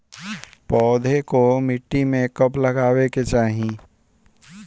पौधे को मिट्टी में कब लगावे के चाही?